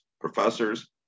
professors